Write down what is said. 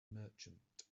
merchant